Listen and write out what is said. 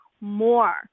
more